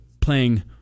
playing